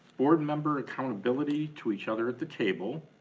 board member accountability to each other at the table,